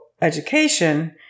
education